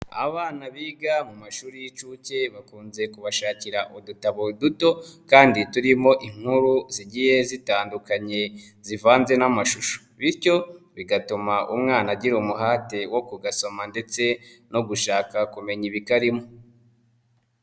Abana biga mu mashuri y'inshuke bakunze kubashakira udutabo duto kandi turimo inkuru zigiye zitandukanye zivanze n'amashusho bityo bigatuma umwana agira umuhate wo kugasoma ndetse no gushaka kumenya ibikarimo.